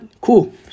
Cool